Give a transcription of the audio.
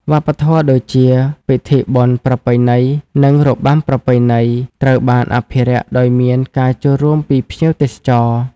វប្បធម៌ដូចជា ពិធីបុណ្យ ប្រពៃណី និងរបាំប្រពៃណី ត្រូវបានអភិរក្សដោយមានការចូលរួមពីភ្ញៀវទេសចរ។